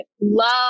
love